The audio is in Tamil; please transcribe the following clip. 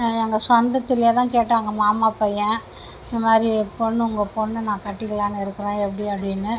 எங்கள் சொந்தத்திலையே தான் கேட்டாங்க மாமா பையன் இது மாதிரி பொண் உங்க பொண்ணை நான் கட்டிக்கலாம்னு இருக்கிறேன் எப்படி அப்படின்னு